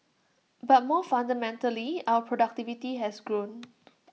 but more fundamentally our productivity has grown